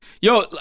Yo